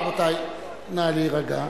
רבותי, נא להירגע.